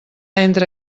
entre